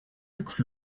luc